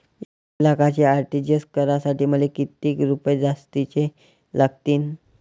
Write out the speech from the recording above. एक लाखाचे आर.टी.जी.एस करासाठी मले कितीक रुपये जास्तीचे लागतीनं?